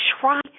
try